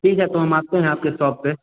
ठीक है तो हम आते हैं आपके सॉप पर